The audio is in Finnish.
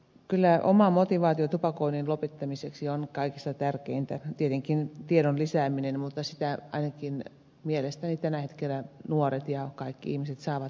kyllä oma motivaatio tupakoinnin lopettamiseksi on kaikista tärkeintä tietenkin myös tiedon lisääminen mutta sitä ainakin mielestäni tällä hetkellä nuoret ja kaikki ihmiset saavat riittävästi